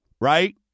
right